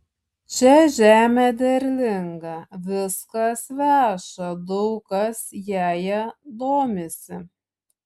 čia žemė derlinga viskas veša daug kas jąja domisi